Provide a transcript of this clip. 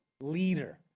leader